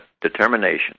determination